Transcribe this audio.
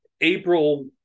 April